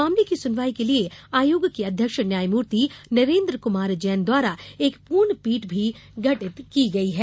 मामले की सुनवाई के लिये आयोग के अध्यक्ष न्यायमूर्ति नरेन्द्र कुमार जैन द्वारा एक पूर्ण पीठ भी गठित की गई है